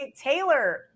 Taylor